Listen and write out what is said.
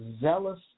zealous